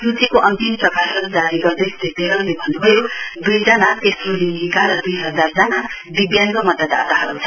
सूचीको अन्तिम प्रकाशन जारी गर्दै श्री तेलङले भन्न् भयो दुईजना तेस्रो लिङ्गीका र द्ई हजार दिव्याङ्ग मतदाताहरू छन्